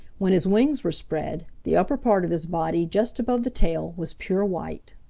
when his wings were spread, the upper part of his body just above the tail was pure white.